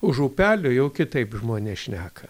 už upelio jau kitaip žmonės šneka